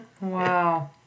Wow